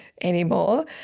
anymore